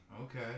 Okay